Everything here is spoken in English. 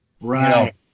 Right